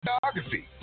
biography